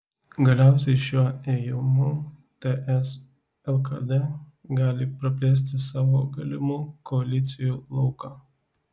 galiausiai šiuo ėjimu ts lkd gali praplėsti savo galimų koalicijų lauką